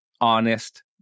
honest